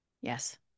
Yes